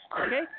Okay